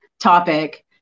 topic